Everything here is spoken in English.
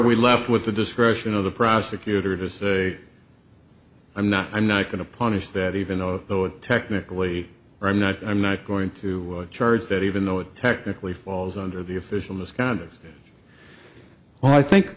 we left with the discretion of the prosecutors i'm not i'm not going to punish that even though technically i'm not i'm not going to charge that even though it technically falls under the official misconduct well i think